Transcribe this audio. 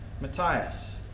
Matthias